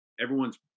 everyone's